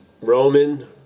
Roman